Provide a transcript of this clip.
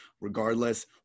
regardless